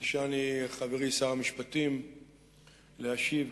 ביקשני חברי שר המשפטים להשיב,